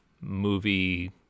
movie